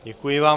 Děkuji vám.